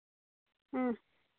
ᱦᱮᱸ